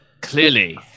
Clearly